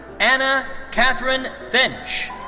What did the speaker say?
anna cathryn finch.